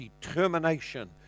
determination